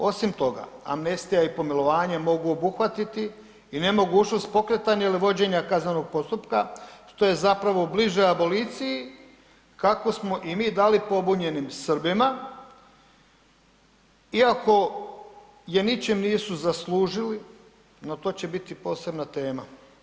Osim toga, amnestija i pomilovanje mogu obuhvatiti i nemogućnost pokretanja ili vođenja kaznenog postupka, što je zapravo bliže aboliciji, kako smo i mi dali pobunjenim Srbima, iako je ničim nisu zaslužili, no to će biti posebna tema.